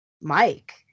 Mike